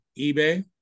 eBay